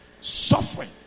suffering